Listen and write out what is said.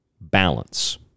balance